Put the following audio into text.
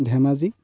Dhemaji